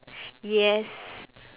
yes